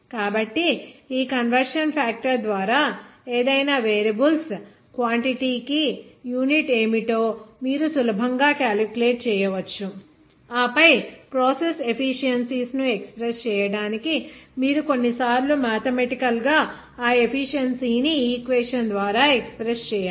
కాబట్టి ఆ conversion factor ద్వారా ఏదైనా వేరియబుల్స్ క్వాంటిటీ కి యూనిట్ ఏమిటో మీరు సులభంగా కాలిక్యులేట్ చేయవచ్చు ఆపై ఆ ప్రాసెస్ ఎఫిషియన్సీస్ ను ఎక్స్ప్రెస్ చేయటానికి మీరు కొన్నిసార్లు మాథెమటికల్ గా ఆ ఎఫిషియన్సీ ని ఈక్వేషన్ ద్వారా ఎక్స్ప్రెస్ చేయాలి